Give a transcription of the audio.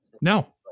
No